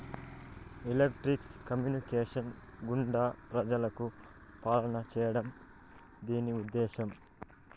electronics communications గుండా ప్రజలకు పాలన చేయడం దీని ఉద్దేశం